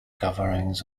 coverings